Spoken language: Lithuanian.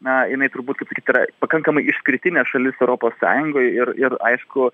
na jinai turbūt kaip sakyt yra pakankamai išskirtinė šalis europos sąjungoj ir ir aišku